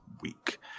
week